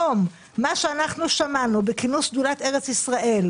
זאת אחרי מה שאנחנו שמענו מראש עיריית לוד בכינוס שדולת ארץ ישראל: